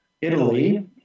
Italy